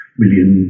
million